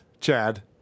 Chad